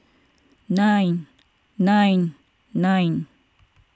nine nine nine